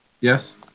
Yes